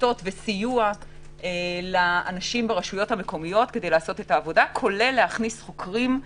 לזהות את האנשים שהיו לידו או להכניס אותם לבידוד,